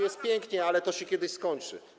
Jest pięknie, ale to się kiedyś skończy.